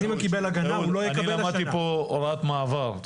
אני למדתי פה הוראת מעבר.